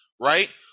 right